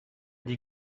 die